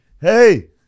Hey